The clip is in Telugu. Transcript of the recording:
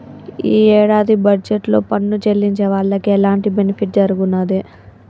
యీ యేడాది బడ్జెట్ లో పన్ను చెల్లించే వాళ్లకి ఎలాంటి బెనిఫిట్ జరగనేదు